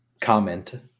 comment